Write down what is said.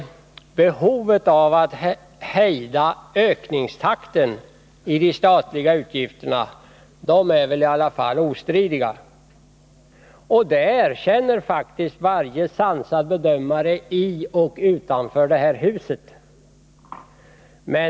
Behovet av att hejda ökningstakten i fråga om de statliga utgifterna torde vara ostridigt. Det erkänner varje sansad bedömare i och utanför det här huset.